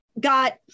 got